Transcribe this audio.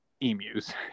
emus